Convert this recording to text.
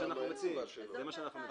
זה מה שאנחנו מציעים.